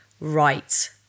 Right